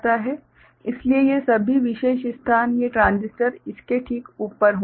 इसलिए ये सभी विशेष स्थान ये ट्रांजिस्टर इसके ठीक ऊपर होंगे